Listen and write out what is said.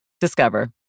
Discover